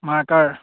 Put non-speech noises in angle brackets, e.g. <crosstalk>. <unintelligible>